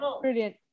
Brilliant